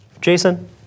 Jason